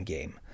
Game